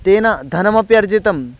तेन धनमपि अर्जितम्